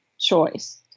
choice